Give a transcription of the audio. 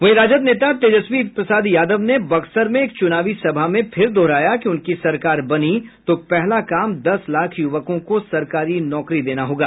वहीं राजद नेता तेजस्वी यादव ने बक्सर में एक चुनावी सभा में फिर दोहराया कि उनकी सरकार बनी तो पहला काम दस लाख युवकों को सरकारी नौकरी देना होगा